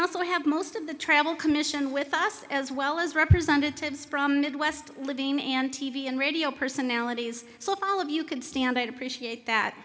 also have most of the travel commission with us as well as representatives from midwest living and t v and radio personalities so all of you can stand it appreciate that